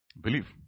believe